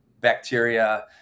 bacteria